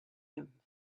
him